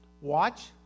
watch